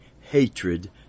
hatred